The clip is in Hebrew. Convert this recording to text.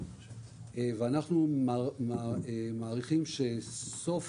ואנחנו מעריכים שבסוף